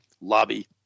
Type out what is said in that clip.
lobby